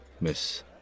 Miss